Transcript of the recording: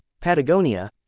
Patagonia